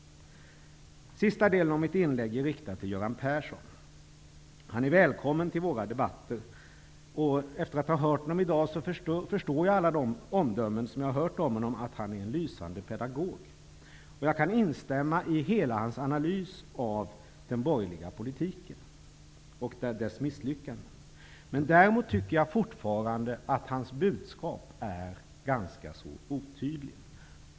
Sista delen av mitt inlägg är riktat till Göran Persson. Han är välkommen till våra debatter. Efter att ha hört honom i dag förstår jag alla de omdömen om honom som jag hört där det sägs att han är en lysande pedagog. Jag kan instämma i hela hans analys av den borgerliga politiken och dess misslyckanden. Däremot tycker jag fortfarande att hans budskap är ganska otydligt.